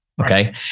Okay